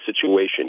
situation